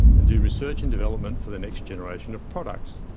and do research and development for the next generation of products.